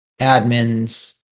admins